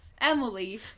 Emily